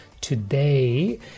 today